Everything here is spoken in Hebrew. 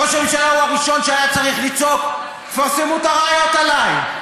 ראש הממשלה הוא הראשון שהיה צריך לצעוק: תפרסמו את הראיות עליי,